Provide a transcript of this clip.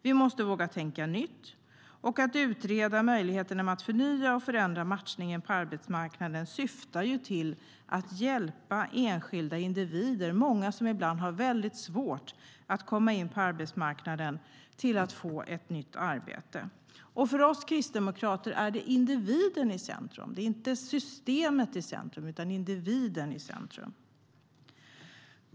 Vi måste våga tänka nytt, och att utreda möjligheten att förnya och förändra matchningen på arbetsmarknaden syftar ju till att hjälpa enskilda individer - många som ibland har det väldigt svårt - att komma in på arbetsmarknaden och få ett nytt arbete. För oss kristdemokrater är det individen som är i centrum. Det är inte systemet, utan individen, som är i centrum.